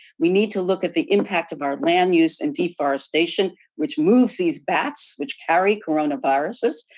we need to look at the impact of our land use and deforestation, which moves these bats which carry coronaviruses.